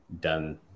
done –